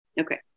Okay